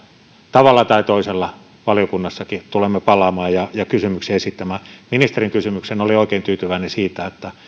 tavalla tai toisella valiokunnassakin tulemme palaamaan ja ja kysymyksiä esittämään ministerin kysymykseen olin oikein tyytyväinen siitä että